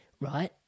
Right